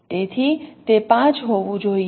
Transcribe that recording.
તેથી તે 5 હોવું જોઈએ